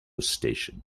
station